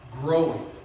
Growing